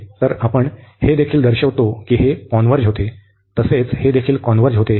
तर आपण हे देखील दर्शवितो की हे कॉन्व्हर्ज होते तसेच हे देखील कॉन्व्हर्ज होते